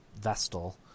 Vestal